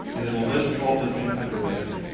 and it'll list all the things that are missing.